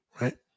Right